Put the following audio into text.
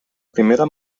primera